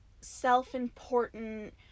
self-important